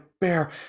bear